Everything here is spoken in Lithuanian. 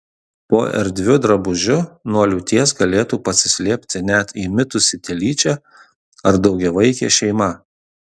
po erdviu drabužiu nuo liūties galėtų pasislėpti net įmitusi telyčia ar daugiavaikė šeima